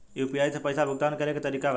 UPI से पईसा भुगतान करे के तरीका बताई?